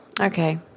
Okay